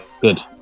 good